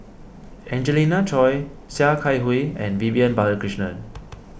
Angelina Choy Sia Kah Hui and Vivian Balakrishnan